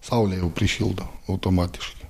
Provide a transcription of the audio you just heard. saulė jau prišildo automatiškai